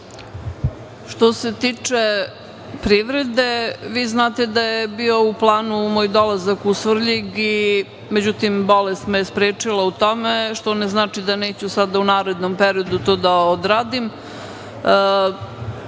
Što se tiče privrede, vi znate da je bio u planu moj dolazak u Svrljig, međutim bolest me je sprečila u tome, što ne znači da neću sada u narednom periodu to da